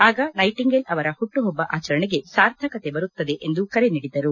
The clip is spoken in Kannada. ಆಗ ನೈಟಿಂಗೇಲ್ ಅವರ ಹುಟ್ಟುಹಬ್ಬ ಆಚರಣೆಗೆ ಸಾರ್ಥಕತೆ ಬರುತ್ತದೆ ಎಂದು ಕರೆ ನೀಡಿದರು